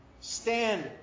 stand